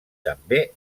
també